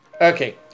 Okay